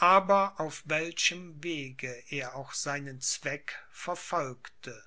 aber auf welchem wege er auch seinen zweck verfolgte